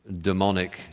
demonic